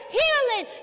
healing